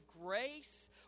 grace